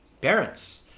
parents